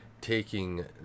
taking